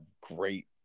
great